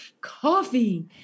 coffee